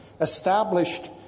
established